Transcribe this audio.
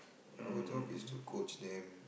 our job is to coach them